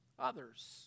others